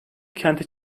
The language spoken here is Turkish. kente